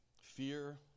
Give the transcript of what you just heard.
Fear